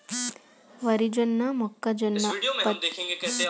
వరి జొన్న మొక్కజొన్న పత్తి మొదలైన పంటలలో హైబ్రిడ్ రకాలు ఉన్నయా?